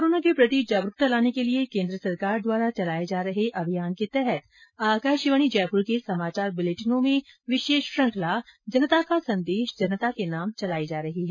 corona के प्रति जागरूकता लाने के लिए केन्द्र सरकार द्वारा चलाये जा रहे अभियान के तहत आकाशवाणी जयपुर के समाचार बुलेटिनों में विशेष श्रृखंला जनता का संदेश जनता के नाम चलाई जा रही है